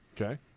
Okay